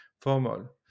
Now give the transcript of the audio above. formal